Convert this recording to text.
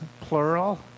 plural